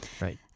Right